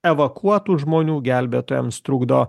evakuotų žmonių gelbėtojams trukdo